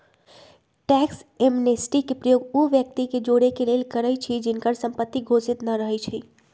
tax amnesty के प्रयोग उ व्यक्ति के जोरेके लेल करइछि जिनकर संपत्ति घोषित न रहै छइ